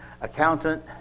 accountant